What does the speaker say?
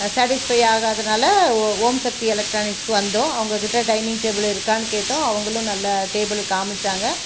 satisfy ஆகாததுனால் Om Shakti electronics வந்தோம் அவங்க கிட்டே டைனிங் டேபிள் இருக்கான்னு கேட்டோம் அவங்களும் நல்ல டேபிளை காமித்தாங்க